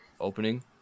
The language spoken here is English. Opening